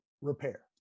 repair